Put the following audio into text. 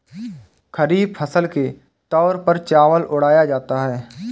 खरीफ फसल के तौर पर चावल उड़ाया जाता है